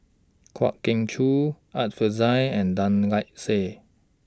Kwa Geok Choo Art Fazil and Tan Lark Sye